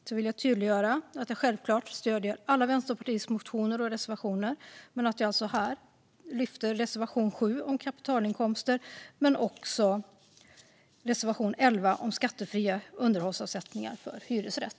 Jag vill tydliggöra att jag självklart stöder alla Vänsterpartiets motioner och reservationer, men här yrkar jag bifall till reservation 7 om kapitalinkomster och reservation 11 om skattefria underhållsavsättningar för hyresrätt.